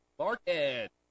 Market